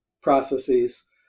processes